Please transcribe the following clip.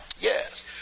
Yes